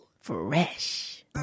fresh